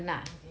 mmhmm